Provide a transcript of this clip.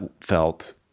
felt